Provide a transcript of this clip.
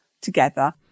together